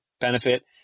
benefit